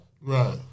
Right